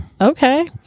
Okay